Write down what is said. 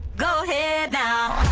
go head now